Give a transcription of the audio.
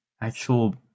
actual